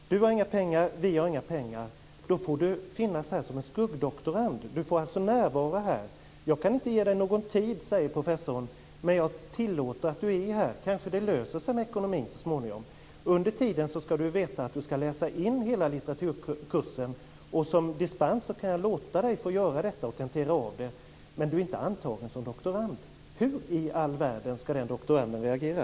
Du har inga pengar, vi har inga pengar. Då får du finnas här som en skuggdoktorand. Du får närvara här. Jag kan inte ge dig någon tid, men jag kan tillåta att du är här. Kanske det löser sig med ekonomin så småningom. Under tiden skall du veta att du skall läsa in hela litteraturkursen. Som dispens kan jag låta dig få göra detta och tentera av det. Men du är inte antagen som doktorand. Hur i all världen skall den doktoranden reagera?